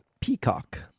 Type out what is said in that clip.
peacock